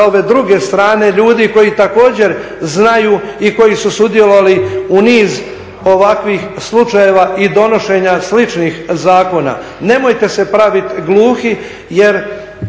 ove druge strane ljudi koji također znaju i koji su sudjelovali u niz ovakvih slučajeva i donošenja sličnih zakona. Nemojte se praviti gluhi jer